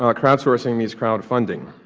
ah crowd sourcing means crowdfunding.